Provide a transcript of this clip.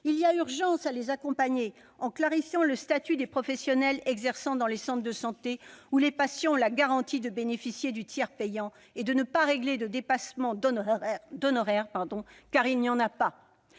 Il y a urgence à les accompagner en clarifiant le statut des professionnels exerçant dans ces centres, où les patients ont la garantie de bénéficier du tiers payant et de ne pas régler de dépassements d'honoraires, car il n'y en a pas.